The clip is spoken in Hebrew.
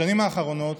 בשנים האחרונות,